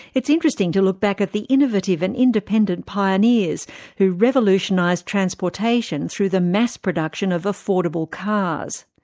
it's interesting to look back at the innovative and independent pioneers who revolutionised transportation through the mass production of affordable cars.